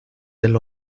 del